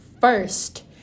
first